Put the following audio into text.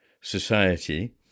society